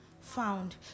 found